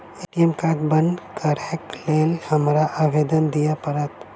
ATM card बंद करैक लेल हमरा आवेदन दिय पड़त?